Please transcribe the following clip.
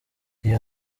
iyi